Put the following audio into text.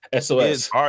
sos